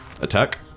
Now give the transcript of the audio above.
Attack